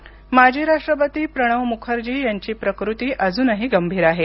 मुखर्जी गंभीर माजी राष्ट्रपती प्रणव मुखर्जी यांची प्रकृती अजूनही गंभीर आहे